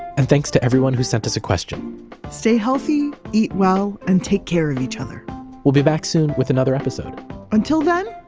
and thanks to everyone who sent us a question stay healthy, eat well, and take care of each other we'll be back soon with another episode until then,